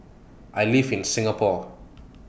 I live in Singapore